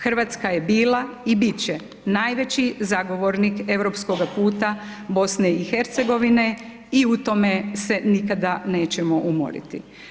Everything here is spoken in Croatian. Hrvatska je bila i biti će najveći zagovornik europskoga puta BIH i u tome se nikada nećemo umoriti.